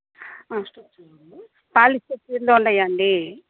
polyester చీరలు ఉన్నాయండి